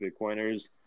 bitcoiners